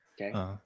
Okay